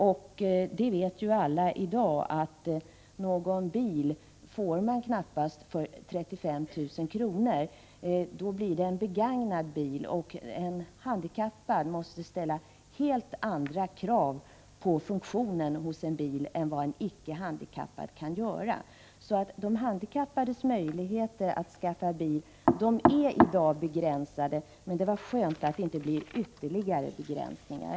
Alla vet att man i dag knappast får någon bil för 35 000 kr. — det blir då en begagnad bil. En handikappad måste emellertid ställa helt andra krav på funktionerna hos en bil än vad en ickehandikappad kan göra. De handikappades möjligheter att skaffa bil är alltså i dag begränsade, men det är skönt att det inte blir ytterligare begränsningar.